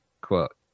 quote